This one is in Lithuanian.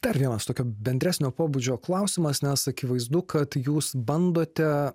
dar vienas tokio bendresnio pobūdžio klausimas nes akivaizdu kad jūs bandote